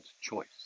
choice